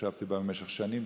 שישבתי בה במשך שנים,